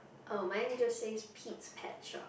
oh mine just says Pete's pet shop